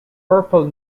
purple